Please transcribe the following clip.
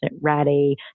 ready